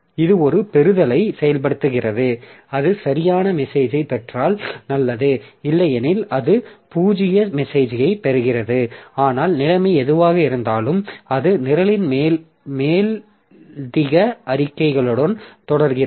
இது ஒரு பெறுதலை செயல்படுத்துகிறது அது சரியான மெசேஜ்யைப் பெற்றால் நல்லது இல்லையெனில் அது பூஜ்ய மெசேஜ்யைப் பெறுகிறது ஆனால் நிலைமை எதுவாக இருந்தாலும் அது நிரலின் மேலதிக அறிக்கைகளுடன் தொடர்கிறது